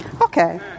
Okay